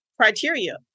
criteria